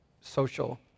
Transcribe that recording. social